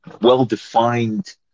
well-defined